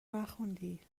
نخوندی